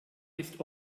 ist